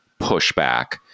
pushback